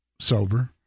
sober